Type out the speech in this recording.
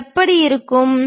இது எப்படி இருக்கும்